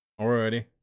Alrighty